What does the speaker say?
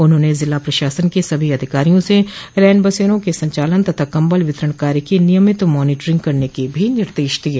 उन्होंने जिला प्रशासन के सभी अधिकारियों से रैन बेसरों के संचालन तथा कम्बल वितरण कार्य की नियमित मॉनीटरिंग करने के भी निर्देश दिये